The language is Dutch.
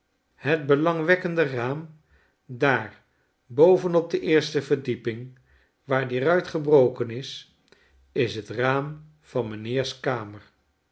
het belangwekkende raam daar boven op de eerste verdieping waar die ruit gebroken is is het raam van mijnheers kamer